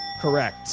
correct